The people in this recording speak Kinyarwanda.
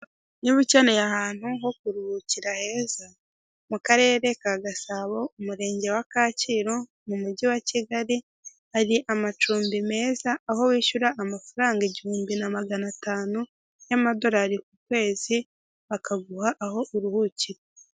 Niba ukeneye ahantu ho kuruhukira heza, mu karere ka Gasabo, Umurenge wa Kacyiru, mu mujyi wa Kigali, hari amacumbi meza, aho wishyura amafaranga igihumbi na magana atanu y'amadolari ku kwezi, bakaguha aho uruhukira.